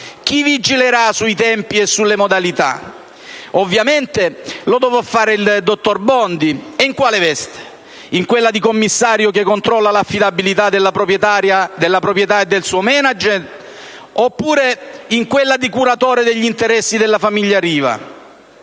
chi vigilerà sui tempi e sulle modalità? Ovviamente lo dovrà fare il dottor Bondi! E in quale veste? In quella di commissario che controlla l'affidabilità della proprietà e del suo *management* oppure in quella di curatore degli interessi della famiglia Riva?